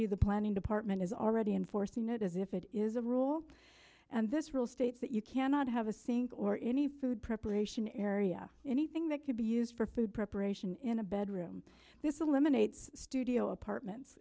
you the planning department is already enforcing it as if it is a rule and this rule states that you cannot have a sink or any food preparation area anything that could be used for food preparation in a bedroom this eliminates studio apartments